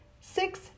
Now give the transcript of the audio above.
six